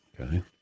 Okay